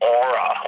aura